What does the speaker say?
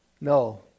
no